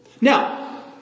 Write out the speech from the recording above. Now